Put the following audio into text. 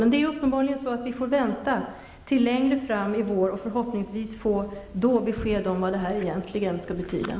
Men det är uppenbarligen så att vi får vänta till längre fram i vår för att då förhoppningsvis få besked om vad det här egentligen betyder.